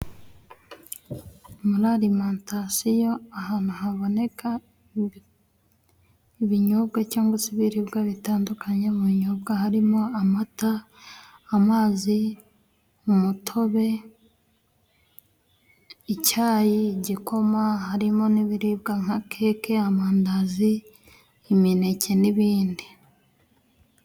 Muri arimantasiyo ahantu haboneka ibinyobwa cyangwa se ibiribwa bitandukanye. Mu binyobwa harimo: Amata, amazi, umutobe, icyayi, igikoma harimo n'ibiribwa nka keke, amandazi, imineke n'ibindi.